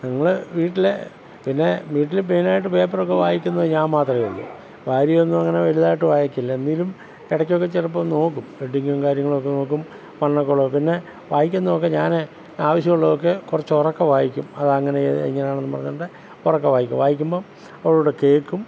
ഞങ്ങൾ വീട്ടിൽ പിന്നെ വീട്ടിൽ മെയിനായിട്ട് പേപ്പറൊക്കെ വായിക്കുന്നത് ഞാൻ മാത്രമേ ഉള്ളു ഭാര്യ ഒന്നും അങ്ങനെ വലുതായിട്ട് വായിക്കില്ല എന്തെങ്കിലും ഇടയ്ക്കൊക്കെ ചിലപ്പം നോക്കും ഹെഡിങ്ങും കാര്യങ്ങളും ഒക്കെ നോക്കും മരണക്കോളവും പിന്നെ വായിക്കുന്നത് ഒക്കെ ഞാൻ ആവശ്യം ഉള്ളതൊക്കെ കുറച്ചുറക്കെ വായിക്കും അത് അങ്ങനെ ചെയ്തു ഇങ്ങന ആണെന്നും പറഞ്ഞുകൊണ്ട് ഉറക്കെ വായിക്കും വായിക്കുമ്പം അവൾകൂടി കേൾക്കും